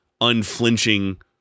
unflinching